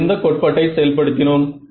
நாம் எந்த கோட்பாட்டை செயல்படுத்தினோம்